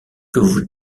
que